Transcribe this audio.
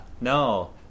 no